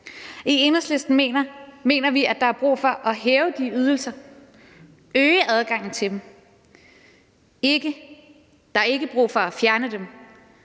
I Enhedslisten mener vi, at der er brug for at hæve de ydelser, at øge adgangen til dem. Der er ikke brug for at fjerne dem.